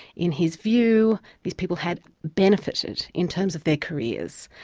in his view, these people had benefitted in terms of their careers,